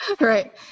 Right